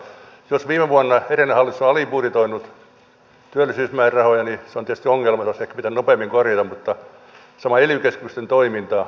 jos viime vuonna edellinen hallitus on alibudjetoinut työllisyysmäärärahoja niin se on tietysti ongelma joka olisi ehkä pitänyt nopeammin korjata